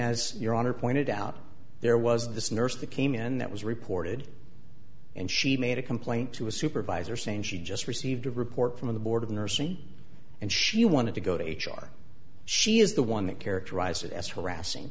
and as your honor pointed out there was this nurse that came in that was reported and she made a complaint to a supervisor saying she just received a report from the board of nursing and she wanted to go to h r she is the one that characterized it as harassing